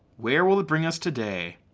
where will it bring us today?